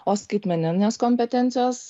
o skaitmeninės kompetencijos